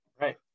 Right